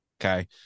Okay